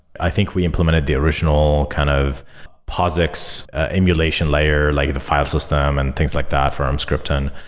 i think we implemented the original kind of posics emulation layer, like the file system and things like that for mscripton.